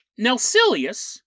Nelsilius